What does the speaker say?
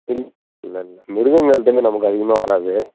இல் இல்லைல்ல மிருகங்கள்ட்டேந்து நமக்கு அதிகமாக வர்றாது